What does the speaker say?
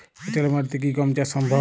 এঁটেল মাটিতে কি গম চাষ সম্ভব?